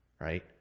right